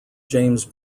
james